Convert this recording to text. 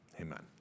Amen